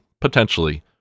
potentially